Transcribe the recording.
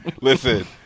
Listen